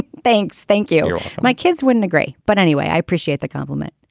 thanks. thank you. my kids wouldn't agree. but anyway i appreciate the compliment.